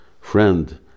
friend